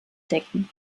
decken